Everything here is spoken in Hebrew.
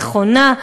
נכונה,